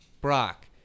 Brock